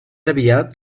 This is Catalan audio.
aviat